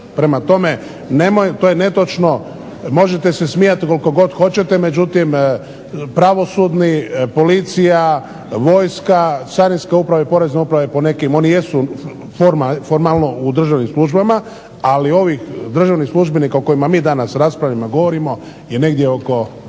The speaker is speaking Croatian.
Prema tome, to je netočno, možete se smijati koliko god hoćete međutim, pravosudni policija, vojska, carinska uprava i porezna uprava po nekim, oni jesu formalno u državnim službama ali ovi državnih službenika o kojima mi danas govorimo i raspravljamo je negdje oko